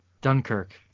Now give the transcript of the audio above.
dunkirk